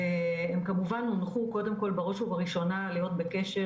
והם כמובן הונחו בראש ובראשונה להיות בקשר